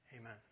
Amen